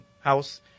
house